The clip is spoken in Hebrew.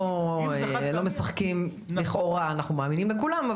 לא משחקים לכאורה אנחנו מאמינים בכולם,